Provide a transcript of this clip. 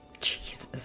Jesus